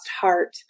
heart